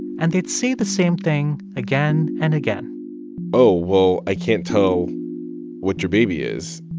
and they'd say the same thing again and again oh, well, i can't tell what your baby is.